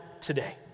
today